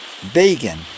vegan